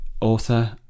author